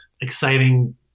exciting